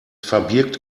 verbirgt